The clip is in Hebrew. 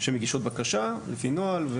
שמגישות בקשה לפי נוהל.